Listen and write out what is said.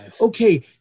Okay